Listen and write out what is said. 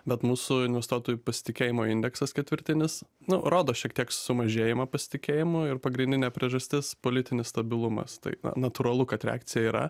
bet mūsų investuotojų pasitikėjimo indeksas ketvirtinis nu rodo šiek tiek sumažėjimą pasitikėjimo ir pagrindinė priežastis politinis stabilumas tai natūralu kad reakcija yra